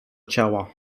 ciała